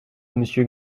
monsieur